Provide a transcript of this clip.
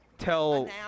Tell